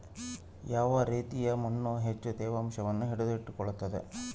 ಯಾವ ರೇತಿಯ ಮಣ್ಣು ಹೆಚ್ಚು ತೇವಾಂಶವನ್ನು ಹಿಡಿದಿಟ್ಟುಕೊಳ್ತದ?